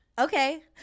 Okay